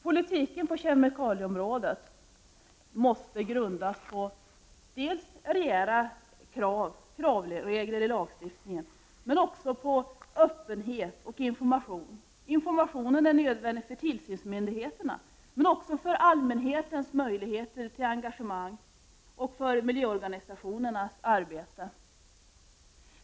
Politiken på kemikalieområdet måste grundas på dels rejäla krav på regler ilagstiftningen, dels öppenhet och information. Informationen är nödvändig för tillsynsmyndigheterna men också för allmänhetens möjligheter till engagemang samt för miljöorganisationernas arbete.